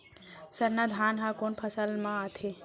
सरना धान ह कोन फसल में आथे?